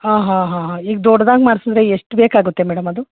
ಹಾಂ ಹಾಂ ಹಾಂ ಈಗ ದೊಡ್ದಾಗಿ ಮಾಡ್ಸುದ್ರೆ ಎಷ್ಟು ಬೇಕಾಗುತ್ತೆ ಮೇಡಮ್ ಅದು